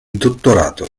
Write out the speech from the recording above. dottorato